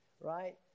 right